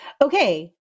Okay